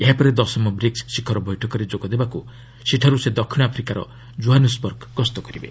ଏହା ପରେ ଦଶମ ବ୍ରିକ୍ସ ଶିଖର ବୈଠକରେ ଯୋଗଦେବାକୁ ସେଠାରୁ ସେ ଦକ୍ଷିଣ ଆଫ୍ରିକାର ଜୋହାନ୍ୱବର୍ଗ ଗସ୍ତ କରିବେ